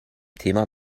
thema